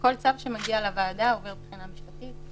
כל צו שמגיע לוועדה עובר בחינה משפטית.